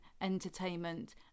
entertainment